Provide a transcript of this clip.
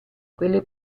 quelle